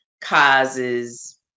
causes